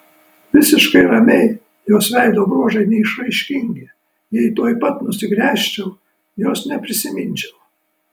visiškai ramiai jos veido bruožai neišraiškingi jei tuoj pat nusigręžčiau jos neprisiminčiau